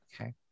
Okay